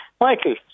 Michael